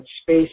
space